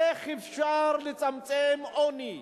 איך אפשר לצמצם עוני?